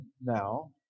now